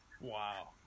Wow